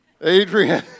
Adrian